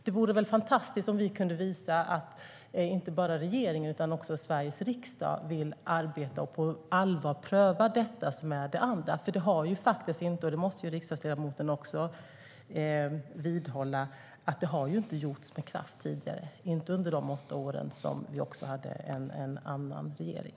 Det vore väl fantastiskt om vi kunde visa att inte bara regeringen utan också Sveriges riksdag vill arbeta med och på allvar pröva det andra. Det har ju faktiskt inte gjorts med kraft tidigare - det måste väl också riksdagsledamoten vidgå - under de åtta år då vi hade en annan regering.